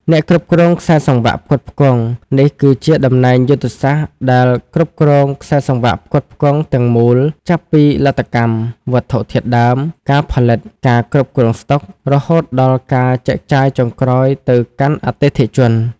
អ្នកគ្រប់គ្រងខ្សែសង្វាក់ផ្គត់ផ្គង់ នេះគឺជាតំណែងយុទ្ធសាស្ត្រដែលគ្រប់គ្រងខ្សែសង្វាក់ផ្គត់ផ្គង់ទាំងមូល ចាប់ពីលទ្ធកម្ម វត្ថុធាតុដើម ការផលិត ការគ្រប់គ្រងស្តុក រហូតដល់ការចែកចាយចុងក្រោយទៅកាន់អតិថិជន។